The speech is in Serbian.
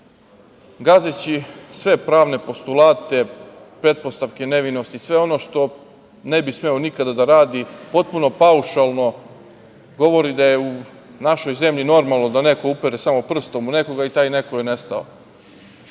gazeći sve pravne postulate, pretpostavke, nevinost i sve ono što ne bi smeo nikada da radi, potpuno paušalno, govori da je u našoj zemlji normalno da neko uperi samo prstom u nekoga, i taj neko je nestao. Dakle,